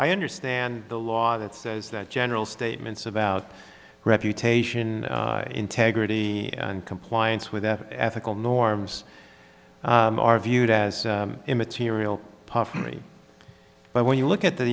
i understand the law that says that general statements about reputation integrity and compliance with ethical norms are viewed as immaterial puffery but when you look at the